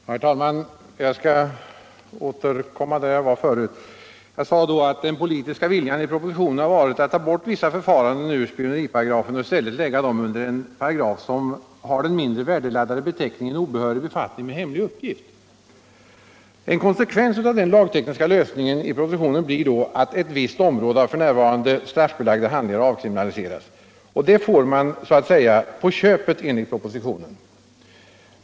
Herr talman! Jag skall återkomma till det resonemang jag påbörjade förut. Jag sade då att den politiska vilja som kommit till uttryck i propositionen har varit att ta bort vissa förfaranden från spioneriparagrafen och i stället lägga dem under en paragraf som har den mindre värde laddade beteckningen obehörig befattning med hemlig uppgift. En konsekvens av den lagtekniska lösningen i propositionen blir att vissa f. n. straffbelagda handlingar avkriminaliseras. Det får vi så att säga på köpet enligt propositionen.